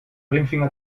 ringfinger